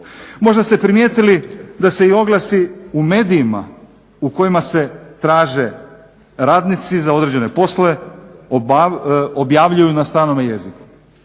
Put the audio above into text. Možda ste primijetili da se i oglasi u medijima u kojima se traže radnici za određene poslove objavljuju na stranom jeziku.